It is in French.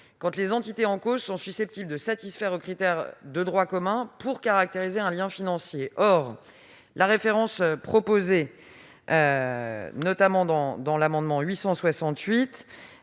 quand les entités en cause sont susceptibles de satisfaire aux critères de droit commun pour caractériser un lien financier. Or la référence proposée au code de commerce,